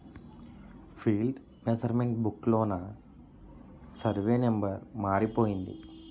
field measurement book లోన survey number మారిపోయింది